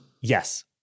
Yes